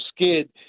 skid